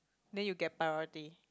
then you get priority